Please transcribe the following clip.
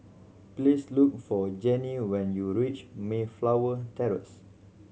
please look for Jennie when you reach Mayflower Terrace